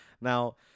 now